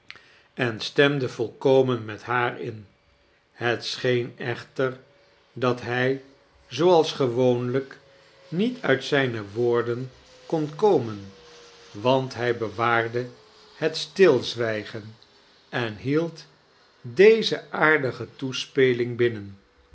en stwnde volkomen met haar in het scheen ecliter dat hij zooals gewoonlijk niet uit zijne woorden kon komen want hij bewaarde het stilzwijgen en hield deze aardige toespeling binnen